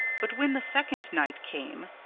but when the second night came,